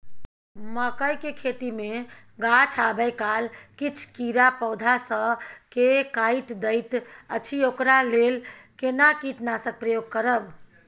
मकई के खेती मे गाछ आबै काल किछ कीरा पौधा स के काइट दैत अछि ओकरा लेल केना कीटनासक प्रयोग करब?